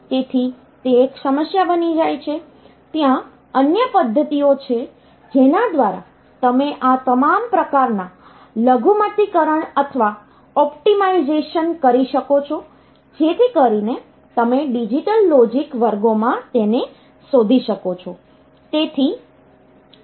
તેથી તે એક સમસ્યા બની જાય છે ત્યાં અન્ય પદ્ધતિઓ છે જેના દ્વારા તમે આ તમામ પ્રકારના લઘુત્તમીકરણ અથવા ઑપ્ટિમાઇઝેશન કરી શકો છો જેથી કરીને તમે ડિજિટલ લોજિક વર્ગોમાં તેને શોધી શકો